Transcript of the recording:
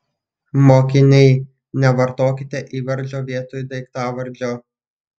mokiniai nevartokite įvardžio vietoj daiktavardžio